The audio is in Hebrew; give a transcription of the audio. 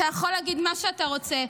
אתה יכול להגיד מה שאתה רוצה.